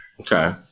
Okay